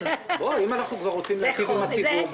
אם אנחנו כבר רוצים להיטיב עם הציבור,